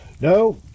No